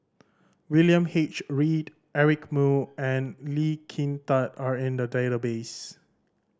William H Read Eric Moo and Lee Kin Tat are in the database